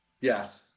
Yes